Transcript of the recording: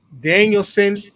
Danielson